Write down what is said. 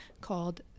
called